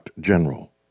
general